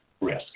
risk